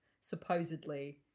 supposedly